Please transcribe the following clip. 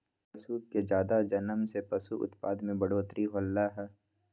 पशु के जादा जनम से पशु उत्पाद में बढ़ोतरी होलई ह